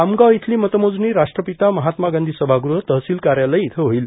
खामगांव इयली मतमोजणी राष्ट्रपिता महात्मा गांची समागृह तहसिल कार्यालय इथं होईल